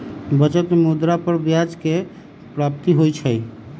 बचत में मुद्रा पर ब्याज के प्राप्ति होइ छइ